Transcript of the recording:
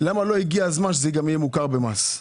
למה לא הגיע הזמן שזה יהיה מוכר גם במס?